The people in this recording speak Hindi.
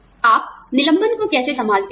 आप निलंबन को कैसे संभालते हैं